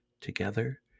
Together